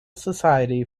society